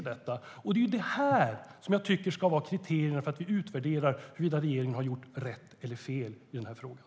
Det är det här jag tycker ska vara kriterierna när vi utvärderar huruvida regeringen har gjort rätt eller fel i frågan.